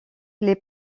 les